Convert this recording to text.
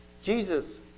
Jesus